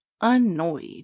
annoyed